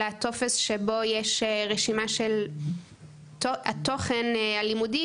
אלא טופס שבו יש רשימה של התוכן הלימודי,